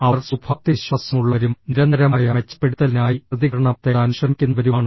അവർ ശുഭാപ്തിവിശ്വാസമുള്ളവരും നിരന്തരമായ മെച്ചപ്പെടുത്തലിനായി പ്രതികരണം തേടാൻ ശ്രമിക്കുന്നവരുമാണ്